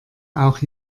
auch